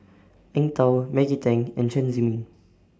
Eng Tow Maggie Teng and Chen Zhiming